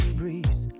breeze